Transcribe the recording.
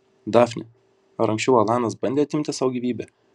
dafne ar anksčiau alanas bandė atimti sau gyvybę